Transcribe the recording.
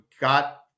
got